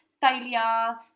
failure